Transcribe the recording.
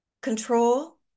control